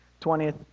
20th